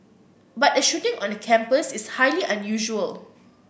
but a shooting on a campus is highly unusual